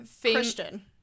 Christian